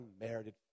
unmerited